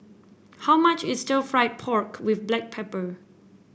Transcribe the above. how much is Stir Fried Pork with Black Pepper